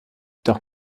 doch